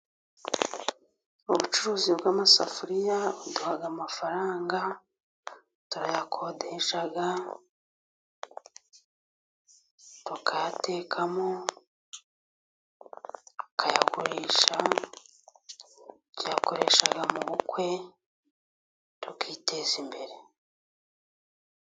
Ubucuruzi bw'amasafuriya , buduha amafaranga , turayakodesha, tukayatekamo , tukayagurisha , bayakoresha mu bukwe , tukiteza imbere.